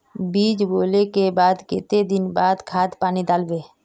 बीज बोले के बाद केते दिन बाद खाद पानी दाल वे?